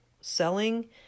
selling